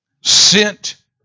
sent